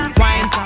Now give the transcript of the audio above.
wine